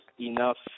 enough